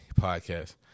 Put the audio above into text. podcast